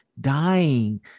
dying